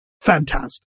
fantastic